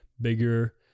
bigger